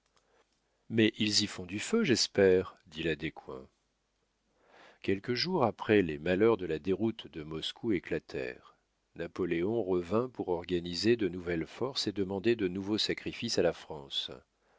mais ils y font du feu j'espère dit la descoings quelques jours après les malheurs de la déroute de moscou éclatèrent napoléon revint pour organiser de nouvelles forces et demander de nouveaux sacrifices à la france